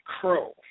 crow